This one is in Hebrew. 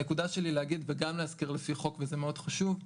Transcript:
הנקודה שלי להגיד ולהזכיר וזה מאוד חשוב,